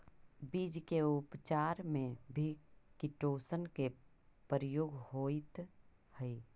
बीज के उपचार में भी किटोशन के प्रयोग होइत हई